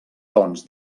tons